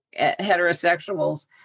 heterosexuals